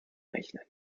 rechnen